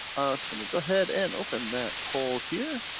so let me go ahead and open that poll here.